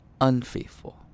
unfaithful